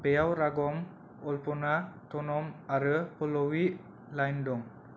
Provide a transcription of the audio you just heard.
बेयाव रागम अलपना तनम आरो पल्लवी लाइन दं